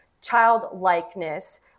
childlikeness